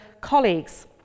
colleagues